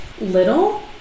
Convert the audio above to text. little